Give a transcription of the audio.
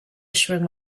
issuing